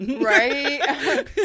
Right